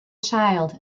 child